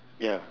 ya